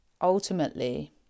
Ultimately